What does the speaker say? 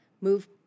move